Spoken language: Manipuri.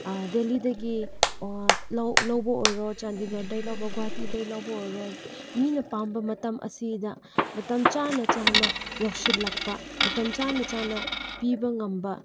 ꯗꯦꯜꯂꯤꯗꯒꯤ ꯑꯣꯔ ꯂꯧꯕ ꯑꯣꯏꯔꯣ ꯆꯥꯟꯗꯤꯒ꯭ꯔꯗꯒꯤ ꯂꯧꯕ ꯒꯨꯍꯥꯇꯤꯗꯒꯤ ꯂꯧꯕ ꯑꯣꯏꯔꯣ ꯃꯤꯅ ꯄꯥꯝꯕ ꯃꯇꯝ ꯑꯁꯤꯗ ꯃꯇꯝ ꯆꯥꯅ ꯆꯥꯅ ꯌꯧꯁꯤꯜꯂꯛꯄ ꯃꯇꯝ ꯆꯥꯅ ꯆꯥꯅ ꯄꯤꯕ ꯉꯝꯕ